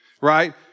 right